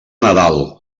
nadal